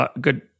good